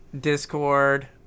Discord